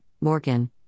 Morgan